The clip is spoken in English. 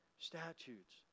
statutes